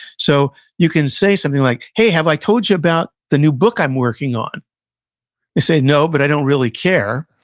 so, you can say something like, hey, have i told you about the new book i'm working on? they say, no, but i don't really care.